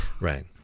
right